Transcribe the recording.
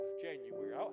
January